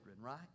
right